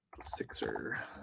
sixer